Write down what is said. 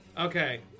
okay